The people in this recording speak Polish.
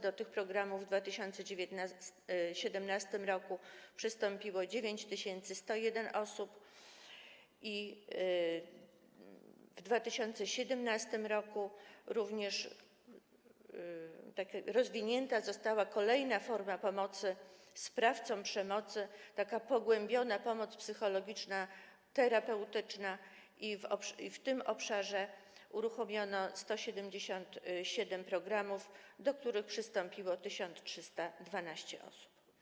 Do tych programów w 2017 r. przystąpiło 9101 osób i w 2017 r. również rozwinięta została kolejna forma pomocy sprawcom przemocy, taka pogłębiona pomoc psychologiczna, terapeutyczna, i w tym uruchomiono 177 programów, do których przystąpiło 1312 osób.